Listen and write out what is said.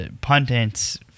pundits